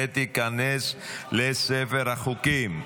ותיכנס לספר החוקים.